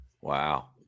Wow